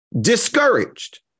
discouraged